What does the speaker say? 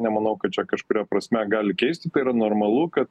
nemanau kad čia kažkuria prasme gali keisti tai yra normalu kad